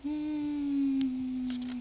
mm